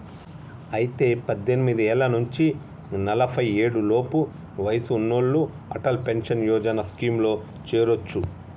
అయితే పద్దెనిమిది ఏళ్ల నుంచి నలఫై ఏడు లోపు వయసు ఉన్నోళ్లు అటల్ పెన్షన్ యోజన స్కీమ్ లో చేరొచ్చు